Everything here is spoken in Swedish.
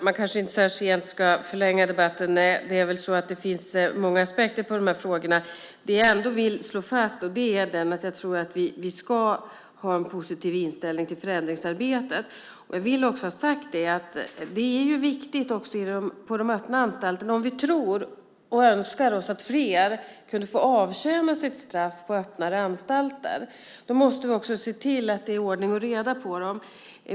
Herr talman! Man kanske inte ska förlänga debatten så här sent. Det finns många aspekter på de här frågorna. Det jag vill slå fast är att jag tror att vi ska ha en positiv inställning till förändringsarbetet. Jag vill också ha sagt att om vi önskar oss att fler ska få avtjäna sitt straff på öppnare anstalter måste vi se till att det är ordning och reda där.